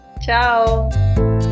Ciao